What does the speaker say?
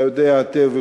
אתה יודע היטב,